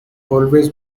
always